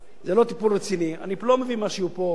אני לא מביא פה משהו שתוקף את הממשלה,